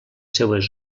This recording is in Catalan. seues